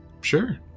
sure